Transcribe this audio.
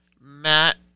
Matt